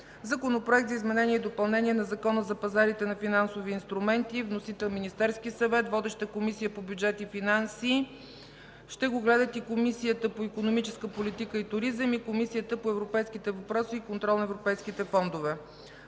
Законопроект за изменение и допълнение на Закона за пазарите на финансови инструменти. Вносител – Министерският съвет. Водеща е Комисията по бюджет и финанси. Разпределен е и на Комисията по икономическа политика и туризъм и Комисията по европейските въпроси и контрол на европейските фондове.